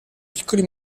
piccoli